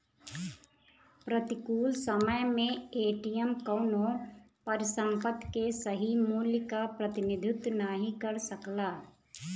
प्रतिकूल समय में एम.टी.एम कउनो परिसंपत्ति के सही मूल्य क प्रतिनिधित्व नाहीं कर सकला